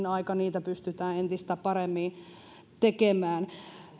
aika niitä pystytään entistä paremmin tekemään